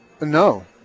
no